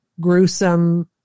gruesome